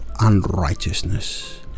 unrighteousness